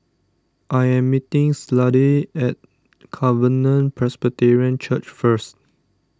I am meeting Slade at Covenant Presbyterian Church first